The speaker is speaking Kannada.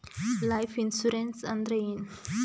ಲೈಫ್ ಇನ್ಸೂರೆನ್ಸ್ ಅಂದ್ರ ಏನ?